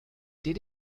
did